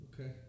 Okay